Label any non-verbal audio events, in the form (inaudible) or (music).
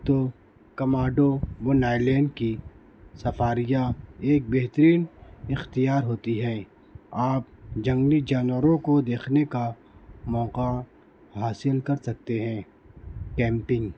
تو Komodo (unintelligible) island کی سفاریاں ایک بہترین اخیتار ہوتی ہے آپ جنگلی جانوروں کو دیکھنے کا موقع حاصل کر سکتے ہیں کیمپنگ